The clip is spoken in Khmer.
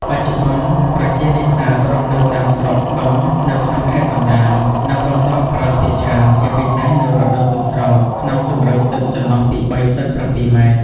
បច្ចុប្បន្ន ប្រជានេសាទរស់នៅតាមស្រុកបឹងនៅក្នុងខេត្តកណ្ដាល នៅបន្តប្រើភាគច្រើន ជាពិសេសនៅរដូវទឹកស្រក ក្នុងជម្រៅទឹកចន្លោះពី៣ ទៅ៧ម៉ែត្រ ។